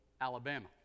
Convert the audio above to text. alabama